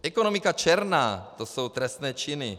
Ekonomika černá, to jsou trestné činy.